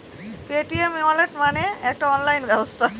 Paytm wallet মানে কি?